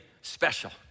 special